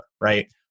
right